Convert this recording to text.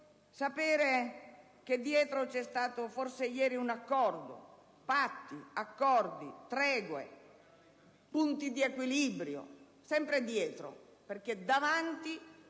sapere che dietro c'è stato, forse ieri, un accordo. Patti, accordi, tregue, punti di equilibrio: sempre dietro, perché davanti